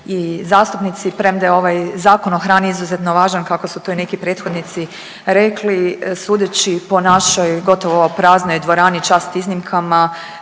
i zastupnici, premda je ovaj Zakon o hrani izuzetno važan kako su to i neki prethodnici rekli sudeći po našoj gotovo praznoj dvorani, čast iznimkama